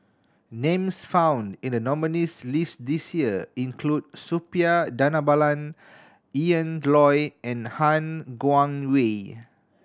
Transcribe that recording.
names found in the nominees' list this year include Suppiah Dhanabalan Ian Loy and Han Guangwei